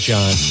John